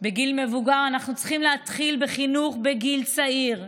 בגיל מבוגר אנחנו צריכים להתחיל בחינוך בגיל צעיר.